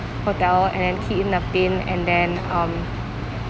hotel and key in the pin and then um